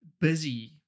busy